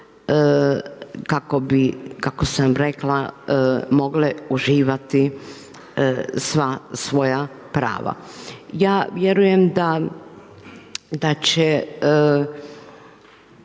stranica kako sam rekla mogle uživati sva svoja prava. Ja vjerujem da će